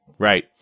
Right